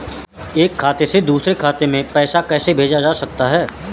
एक खाते से दूसरे खाते में पैसा कैसे भेजा जा सकता है?